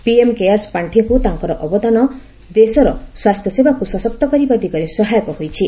PM CARES ପାଣ୍ଠିକୁ ତାଙ୍କର ଅବଦାନ ଦେଶର ସ୍ୱାସ୍ଥ୍ୟସେବାକୁ ସଶକ୍ତ କରିବା ଦିଗରେ ସହାୟକ ହୋଇଛି